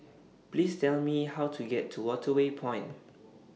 Please Tell Me How to get to Waterway Point